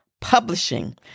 Publishing